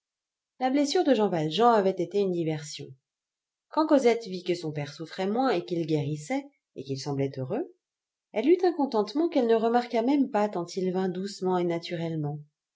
la blessure de jean valjean avait été une diversion quand cosette vit que son père souffrait moins et qu'il guérissait et qu'il semblait heureux elle eut un contentement qu'elle ne remarqua même pas tant il vint doucement et naturellement